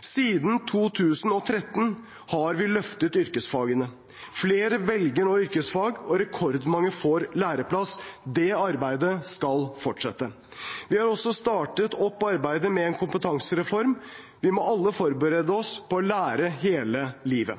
Siden 2013 har vi løftet yrkesfagene. Flere velger nå yrkesfag, og rekordmange får læreplass. Det arbeidet skal fortsette. Vi har også startet opp arbeidet med en kompetansereform. Vi må alle forberede oss på å lære hele livet.